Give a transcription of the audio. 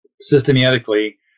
systematically